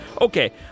Okay